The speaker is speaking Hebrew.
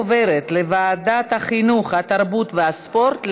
לוועדת החינוך, התרבות והספורט נתקבלה.